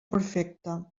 perfecte